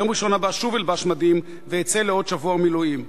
ביום ראשון הבא שוב אלבש מדים ואצא לעוד שבוע מילואים,